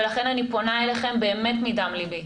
ולכן אני פונה אליכם באמת מדם ליבי,